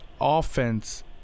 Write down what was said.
offense